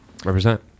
represent